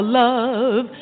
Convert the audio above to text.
love